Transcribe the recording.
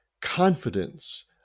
confidence